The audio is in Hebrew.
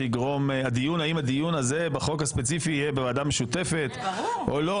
האם הדיון הזה בחוק הספציפי יהיה בוועדה משותפת או לא,